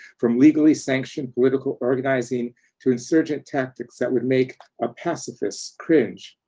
from legally sanctioned political organizing to insurgent tactics that would make a pacifist cringe.